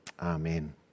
Amen